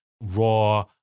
raw